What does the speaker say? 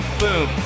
boom